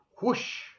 whoosh